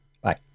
bye